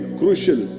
crucial